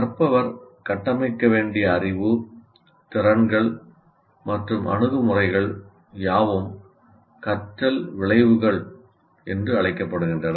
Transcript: கற்பவர் கட்டமைக்க வேண்டிய அறிவு திறன்கள் மற்றும் அணுகுமுறைகள் யாவும் கற்றல் விளைவுகள் என்று அழைக்கப்படுகின்றன